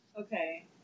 Okay